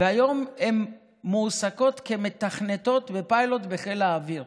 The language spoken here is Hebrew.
והיום הן מועסקות כמתכנתות בפיילוט בחיל האוויר